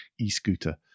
e-scooter